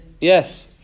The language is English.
Yes